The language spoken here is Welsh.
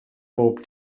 bob